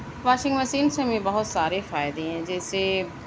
washing machine سے ہمیں بہت سارے فائدے ہیں جیسے